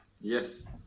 Yes